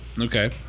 Okay